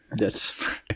Yes